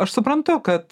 aš suprantu kad